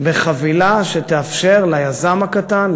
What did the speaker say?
בחבילה שתאפשר ליזם הקטן,